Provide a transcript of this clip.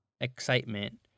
excitement